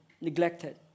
neglected